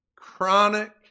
chronic